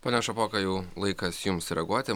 pone šapoka jau laikas jums sureaguoti